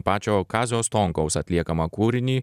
pačio kazio stonkaus atliekamą kūrinį